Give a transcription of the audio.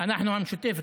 אנחנו המשותפת,